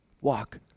walk